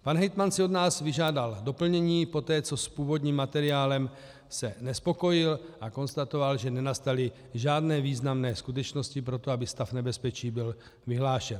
Pan hejtman si od nás vyžádal doplnění, poté co se s původním materiálem nespokojil a konstatoval, že nenastaly žádné významné skutečnosti pro to, aby stav nebezpečí byl vyhlášen.